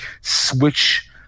switch